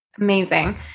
Amazing